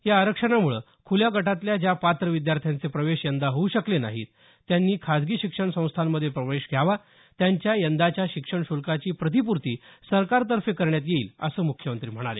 या आरक्षणामुळे खुल्या गटातल्या ज्या पात्र विद्यार्थ्यांचे प्रवेश यंदा होऊ शकले नाही त्यांनी खासगी शिक्षण संस्थांमध्ये प्रवेश घ्यावा त्यांच्या यंदाच्या शिक्षण श्रल्काची प्रतिपूर्ती सरकारतर्फे करण्यात येईल असं म्ख्यमंत्री म्हणाले